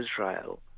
Israel